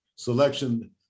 selection